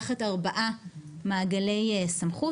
ארבעה מעגלי סמכות,